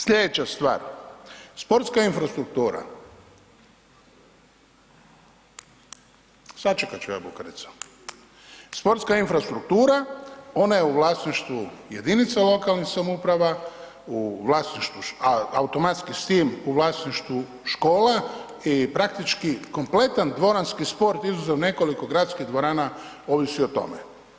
Sljedeća stvar, sportska infrastruktura, sačekat ću ja Bukarica, sportska infrastruktura, ona je u vlasništvu jedinica lokalnih samouprava, u vlasništvu automatski s tim u vlasništvu škola i praktički kompletan dvoranski sport, izuzet nekoliko gradskih dvorana ovisi o tome.